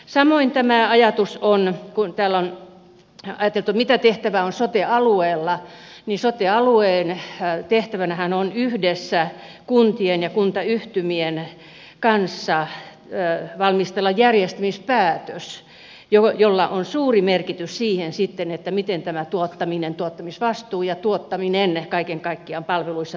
samoin tämä ajatus on kun täällä on ajateltu mitä tehtävää on sote alueella niin sote alueen tehtävänähän on yhdessä kuntien ja kuntayhtymien kanssa valmistella järjestämispäätös jolla on suuri merkitys sitten siihen miten tämä tuottaminen tuottamisvastuu ja tuottaminen kaiken kaikkiaan palveluissa toteutuu